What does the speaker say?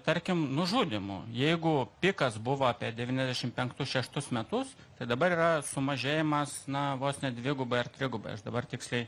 tarkim nužudymų jeigu pikas buvo apie devyniasdešim penktus šeštus metus tai dabar yra sumažėjimas na vos ne dvigubai ar trigubai aš dabar tiksliai